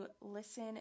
listen